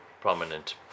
prominent